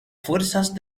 fuerzas